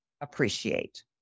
appreciate